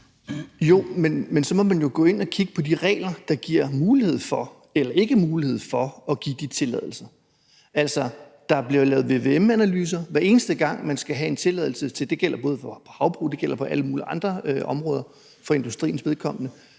Jo, men så må man jo gå ind og kigge på de regler, der enten giver eller ikke giver mulighed for at give de tilladelser. Altså, der bliver lavet vvm-analyser, hver eneste gang man skal have en tilladelse – det gælder både for havbrug og for alle mulige andre områder for industriens vedkommende